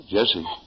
Jesse